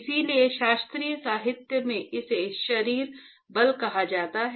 इसलिए शास्त्रीय साहित्य में इसे शरीर बल कहा जाता है